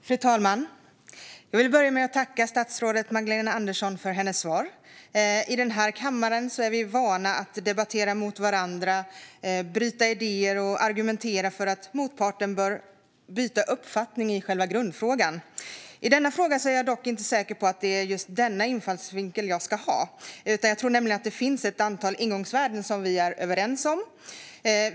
Fru talman! Jag vill börja med att tacka statsrådet Magdalena Andersson för hennes svar. I den här kammaren är vi vana att debattera mot varandra, bryta idéer och argumentera för att motparten bör byta uppfattning i själva grundfrågan. I denna fråga är jag dock inte säker på att det är just denna infallsvinkel jag ska ha. Jag tror nämligen att det finns ett antal ingångsvärden som vi är överens om.